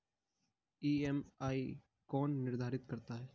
EMI कौन निर्धारित करता है?